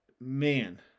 Man